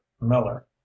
Miller